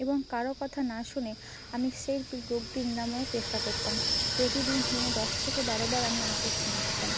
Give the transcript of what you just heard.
এবং কারো কথা না শুনে আমি সেই রোগটি নিরাময়ের চেষ্টা করতাম প্রতিদিন দিনে দশ থেকে বারো বার আমি ওনাকে সেঁক দিতাম